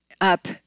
up